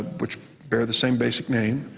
which bear the same basic name,